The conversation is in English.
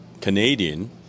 Canadian